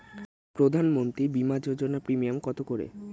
প্রধানমন্ত্রী বিমা যোজনা প্রিমিয়াম কত করে?